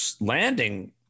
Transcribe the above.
landing